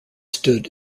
stood